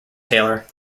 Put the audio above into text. taylor